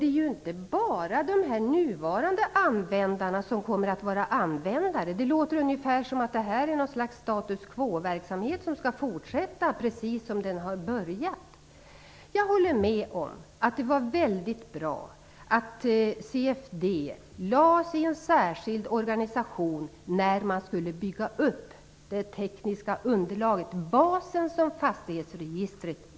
Det är inte bara de nuvarande användarna som kommer att vara användare. Det låter som om det skulle vara fråga om något slags status quoverksamhet som skall fortsätta precis som tidigare. Jag håller med om att det var väldigt bra att CFD lades in i en särskild organisation när det tekniska underlaget skulle byggas upp, dvs. basen i fastighetsregistret.